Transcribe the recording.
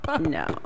No